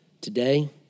Today